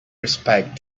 respect